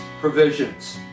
provisions